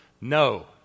No